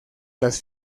las